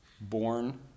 born